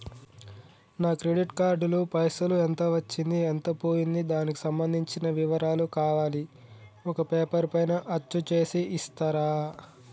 నా credit card లో పైసలు ఎంత వచ్చింది ఎంత పోయింది దానికి సంబంధించిన వివరాలు కావాలి ఒక పేపర్ పైన అచ్చు చేసి ఇస్తరా?